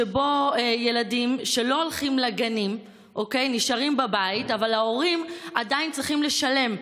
שבו ילדים לא הולכים לגנים ונשארים בבית אבל ההורים עדיין צריכים לשלם,